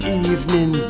evening